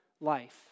life